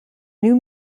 new